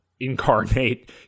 incarnate